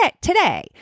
today